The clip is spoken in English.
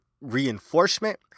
reinforcement